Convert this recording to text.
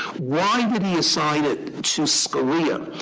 why did he assign it to scalia?